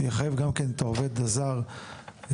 שיחייב גם כן את העובד הזר למחויבות,